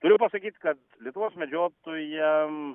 turiu pasakyt kad lietuvos medžiotojam